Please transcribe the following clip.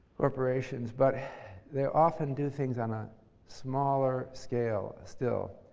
corporations, but they often do things on a smaller scale still.